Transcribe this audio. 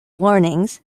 warnings